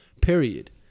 period